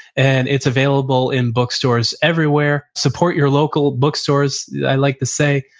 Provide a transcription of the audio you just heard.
and it's available in bookstores everywhere. support your local bookstores, i like to say,